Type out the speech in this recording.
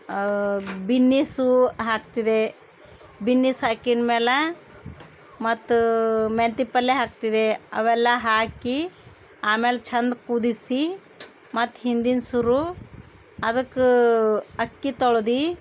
beans ಹಾಕ್ತಿದೆ beans ಹಾಕಿನ ಮೇಲೆ ಮತ್ತು ಮೆಂತೆ ಪಲ್ಲೆ ಹಾಕ್ತಿದ್ದೆ ಅವೆಲ್ಲ ಹಾಕಿ ಆಮೇಲೆ ಚಂದ ಕುದಿಸಿ ಮತ್ತೆ ಹಿಂದಿಂದು ಸುರು ಅದಕ್ಕೆ ಅಕ್ಕಿ ತೊಳ್ದು